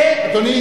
אדוני,